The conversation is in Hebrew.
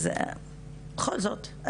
אז בכל זאת.